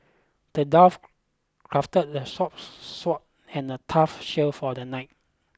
the dwarf crafted a sword and a tough shield for the knight